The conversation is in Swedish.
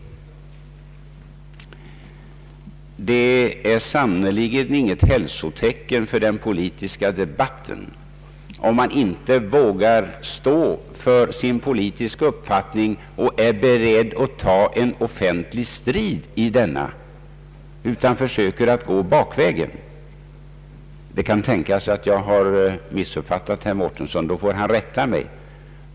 Det är sannerligen inget hälsotecken för den politiska debatten om man inte vågar stå för sin politiska uppfattning och inte är beredd att ta en offentlig strid om denna utan försöker gå bakvägen. Det kan tänkas att jag har missuppfattat herr Mårtensson; då får han rätta mig.